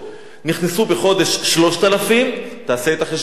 נכנסו בחודש 3,000, תעשה את החשבון.